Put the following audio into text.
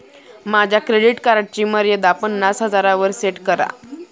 माझ्या क्रेडिट कार्डची मर्यादा पन्नास हजारांवर सेट करा